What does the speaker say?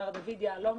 מר דוד יהלומי,